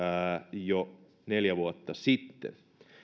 jo neljä vuotta sitten